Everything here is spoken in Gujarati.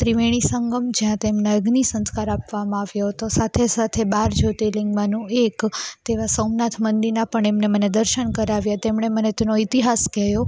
ત્રિવેણી સંગમ જ્યાં તેમને અગ્નિ સંસ્કાર આપવામાં આવ્યો હતો સાથે સાથે બાર જ્યોતિર્લિંગમાંનું એક તેવાં સોમનાથ મંદિરનાં પણ એમણે મને દર્શન કરાવ્યાં તેમણે મને તેનો ઇતિહાસ કહ્યો